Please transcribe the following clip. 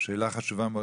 שאלה חשובה מאוד.